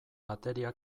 bateria